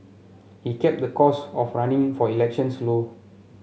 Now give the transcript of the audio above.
he kept the cost of running for elections low